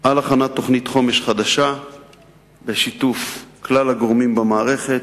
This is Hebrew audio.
על הכנת תוכנית חומש חדשה בשיתוף כלל הגורמים במערכת,